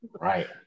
Right